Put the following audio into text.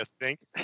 thanks